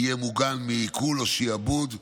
יהיה מוגן מעיקול או שעבוד,